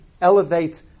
elevate